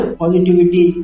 positivity